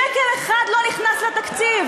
שקל אחד לא נכנס לתקציב.